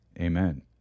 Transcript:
amen